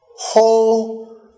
Whole